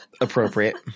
Appropriate